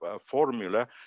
formula